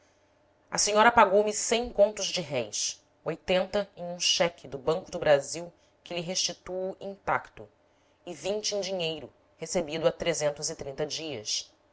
a senhora pagou me cem contos de réis oitenta em um cheque do banco do brasil que lhe restituo intacto e vinte em dinheiro recebido a trezentos e trinta dias